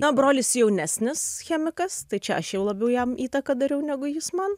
na brolis jaunesnis chemikas tai čia aš jau labiau jam įtaką dariau negu jis man